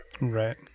right